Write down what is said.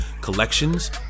Collections